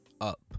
up